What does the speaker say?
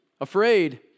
afraid